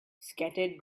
scattered